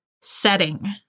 setting